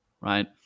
right